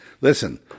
Listen